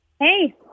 Hey